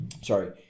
sorry